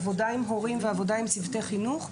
עבודה עם הורים ועבודה עם צוותי חינוך,